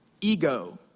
ego